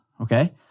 Okay